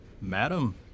Madam